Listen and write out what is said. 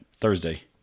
Thursday